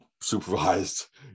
supervised